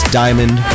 diamond